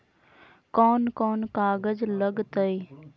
कौन कौन कागज लग तय?